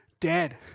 dead